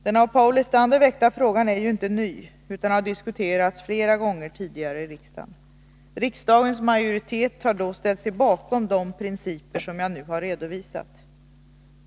Den av Paul Lestander väckta frågan är ju inte ny utan har diskuterats flera gånger tidigare i riksdagen. Riksdagens majoritet har då ställt sig bakom de principer som jag nu har redovisat.